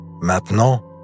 Maintenant